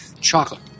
Chocolate